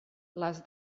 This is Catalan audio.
les